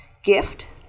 gift